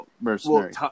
mercenary